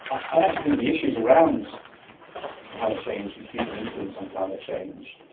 i actually think the issues around climate change and human influence on climate change,